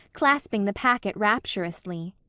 clasping the packet rapturously.